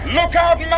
Lookout